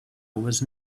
was